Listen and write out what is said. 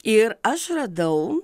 ir aš radau